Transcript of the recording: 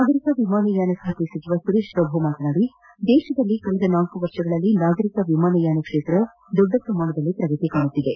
ನಾಗರಿಕ ವಿಮಾನಯಾನ ಸಚಿವ ಸುರೇಶ್ ಪ್ರಭು ಮಾತನಾಡಿ ದೇಶದಲ್ಲಿ ಕಳೆದ ನಾಲ್ಕು ವರ್ಷಗಳಲ್ಲಿ ನಾಗರಿಕ ವಿಮಾನಯಾನ ಕ್ಷೇತ್ರ ದೊಡ್ಡ ಪ್ರಮಾಣದಲ್ಲಿ ಪ್ರಗತಿ ಕಾಣುತ್ತಿದೆ